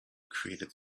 created